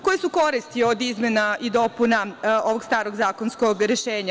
Koje su koristi od izmena i dopuna ovog starog zakonskog rešenja?